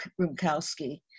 Rumkowski